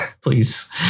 please